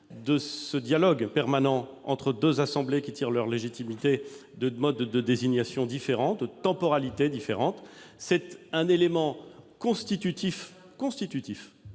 du dialogue permanent entre deux assemblées tirant leur légitimité de modes de désignation et de temporalités différents. C'est un élément constitutif de notre